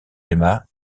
aima